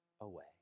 away